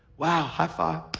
wow. high five.